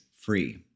free